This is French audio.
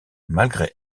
malgré